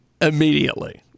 immediately